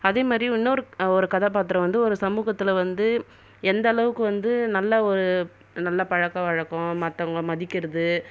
அதே மாதிரி வந்து இன்னொரு ஒரு கதாபாத்திரோம் வந்து ஒரு சமூகத்தில் வந்து எந்த அளவுக்கு வந்து நல்ல ஒரு நல்ல பழக்கவழக்க மற்றவங்கள மதிக்கிறது